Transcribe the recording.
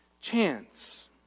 chance